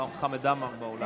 חמד עמאר באולם.